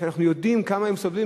כשאנחנו יודעים כמה הם סובלים?